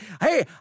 Hey